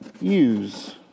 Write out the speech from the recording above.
use